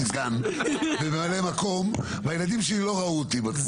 סגן וממלא מקום והילדים שלי לא ראו אותי בתקופה הזאת.